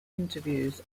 interviews